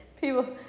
People